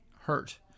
hurt